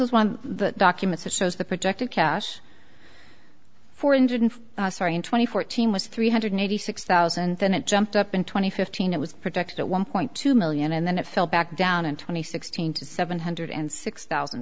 is one of the documents that shows the projected cash four hundred twenty fourteen was three hundred eighty six thousand then it jumped up and twenty fifteen it was projected at one point two million and then it fell back down in twenty sixteen to seven hundred and six thousand